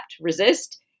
resist